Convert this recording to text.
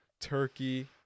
Turkey